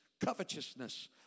covetousness